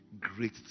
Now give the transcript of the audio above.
great